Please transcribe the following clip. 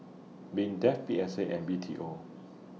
Mindef P S A and B T O